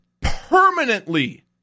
permanently